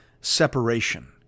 separation